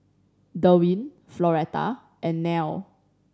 Derwin Floretta and Nelle